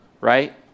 right